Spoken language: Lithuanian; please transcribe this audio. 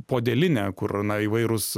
podelinė kur na įvairūs